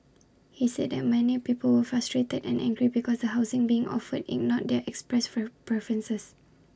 he said that many people were frustrated and angry because the housing being offered ignored their expressed for preferences